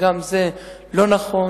וגם זה לא נכון.